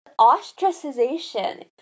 ostracization